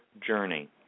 journey